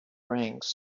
rings